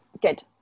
Good